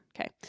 Okay